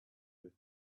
with